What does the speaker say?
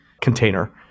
container